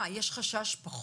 מה, יש פחות חשש ממנו?